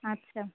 আচ্ছা